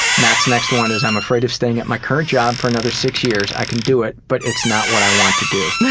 matt's next one is i'm afraid of staying at my current job for another six years. i can do it, but it's not what i want to do.